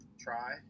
try